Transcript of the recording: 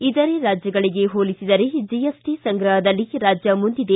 ಇತರೆ ರಾಜ್ಯಗಳಿಗೆ ಹೋಲಿಸಿದರೆ ಜಿಎಸ್ಟಿ ಸಂಗ್ರಹದಲ್ಲಿ ರಾಜ್ಯ ಮುಂದಿದೆ